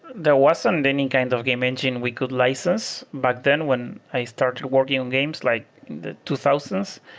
there wasn't any kind of game engine we could license, but then when i started working on games like two thousand s,